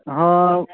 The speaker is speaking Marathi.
हा